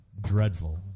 dreadful